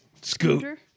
Scooter